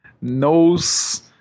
knows